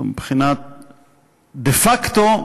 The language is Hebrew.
אבל דה-פקטו,